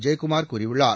ஜெயக்குமார் கூறியுள்ளார்